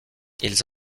ils